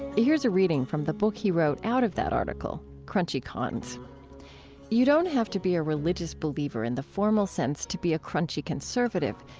here's a reading from the book he wrote out of that article, crunchy cons you don't have to be a religious believer in the formal sense to be a crunchy conservative,